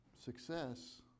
Success